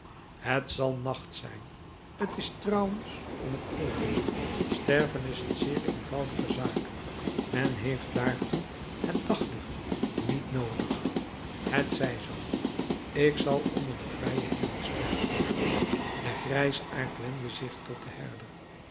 het zal nacht zijn t is trouwens om t even sterven is een zeer eenvoudige zaak men heeft daartoe het daglicht niet noodig het zij zoo ik zal onder den vrijen hemel sterven de grijsaard wendde zich tot den herder